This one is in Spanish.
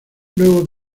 luego